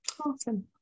awesome